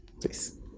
Please